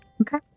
Okay